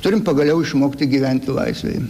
turim pagaliau išmokti gyventi laisvėj